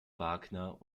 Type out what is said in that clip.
wagner